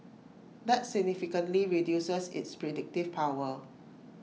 that significantly reduces its predictive power